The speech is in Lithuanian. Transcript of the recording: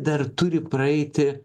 dar turi praeiti